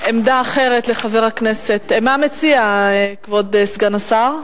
מה מציע כבוד סגן השר?